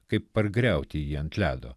kaip pargriauti jį ant ledo